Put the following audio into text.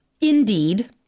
indeed